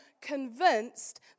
convinced